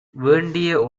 வேண்டிய